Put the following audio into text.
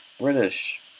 british